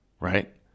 right